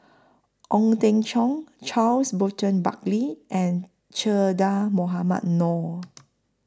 Ong Teng Cheong Charles Burton Buckley and Che Dah Mohamed Noor